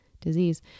Disease